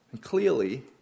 clearly